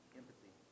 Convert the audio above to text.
empathy